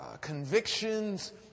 Convictions